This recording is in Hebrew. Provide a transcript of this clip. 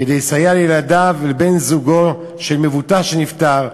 כדי לסייע לילדיו ולבן-זוגו של מבוטח שנפטר.